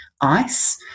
ice